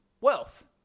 wealth